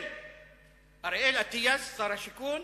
שאריאל אטיאס, שר השיכון,